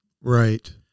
Right